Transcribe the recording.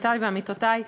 עמיתי ועמיתותי,